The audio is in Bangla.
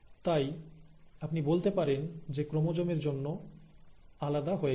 তাই আপনি বলতে পারেন যে ক্রোমোজোমের জন্য এ আলাদা হয়ে চলেছে